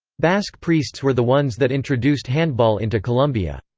basque priests were the ones that introduced handball into colombia.